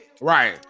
right